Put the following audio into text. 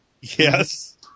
Yes